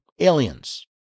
Aliens